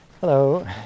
Hello